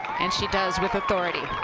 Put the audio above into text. and she does with authority.